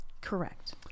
Correct